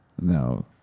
No